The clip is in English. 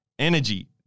Energy